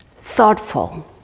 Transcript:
thoughtful